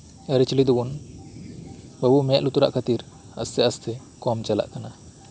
ᱟᱹᱨᱤ ᱪᱟᱹᱞᱤᱫᱚᱵᱩᱱ ᱵᱟᱹᱵᱩ ᱢᱮᱫ ᱞᱩᱛᱩᱨᱟᱜ ᱠᱷᱟᱹᱛᱤᱨ ᱟᱥᱛᱮ ᱟᱥᱛᱮ ᱠᱚᱢ ᱪᱟᱞᱟᱜ ᱠᱟᱱᱟ